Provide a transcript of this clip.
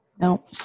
No